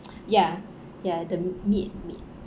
ya ya the meat meat